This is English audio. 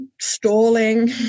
stalling